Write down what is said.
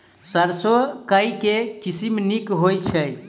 सैरसो केँ के किसिम नीक होइ छै?